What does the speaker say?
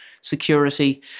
security